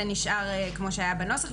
זה נשאר כמו שהיה בנוסח.